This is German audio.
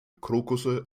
krokusse